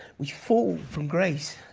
we fall from grace.